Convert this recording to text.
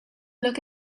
look